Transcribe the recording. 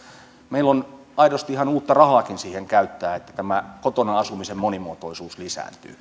meillä on aidosti ihan uutta rahaakin siihen käyttää että tämä kotona asumisen monimuotoisuus lisääntyy